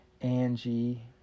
angie